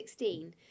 2016